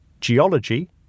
geology